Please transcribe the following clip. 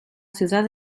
ciudad